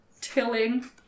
tilling